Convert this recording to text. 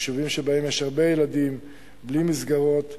יישובים שבהם יש הרבה ילדים בלי מסגרות.